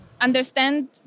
Understand